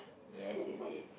yes you did